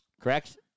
Correct